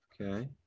okay